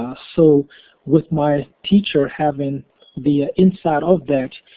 ah so with my teacher having the insight of that,